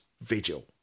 Vigil